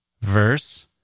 verse